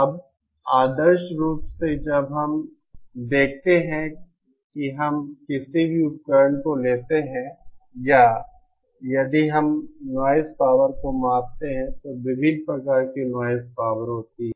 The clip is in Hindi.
अब आदर्श रूप से जब हम देखते हैं कि हम किसी भी उपकरण को लेते हैं या यदि हम नॉइज़ पावर को मापते हैं तो विभिन्न प्रकार की नॉइज़ पावर होती है